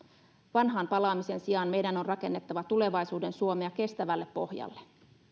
vanhaan palaamisen sijaan meidän on rakennettava tulevaisuuden suomea kestävälle pohjalle